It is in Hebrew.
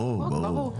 ברור.